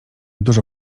dużo